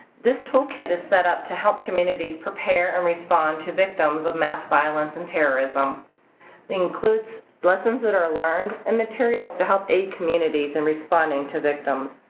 this toolkit is set up to help communities prepare and respond to victims of mass violence and terrorism. it includes lessons that are learned and materials to help aid communities in responding to victims.